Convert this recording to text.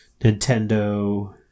Nintendo